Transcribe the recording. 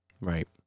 Right